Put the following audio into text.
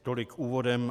Tolik úvodem.